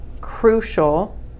crucial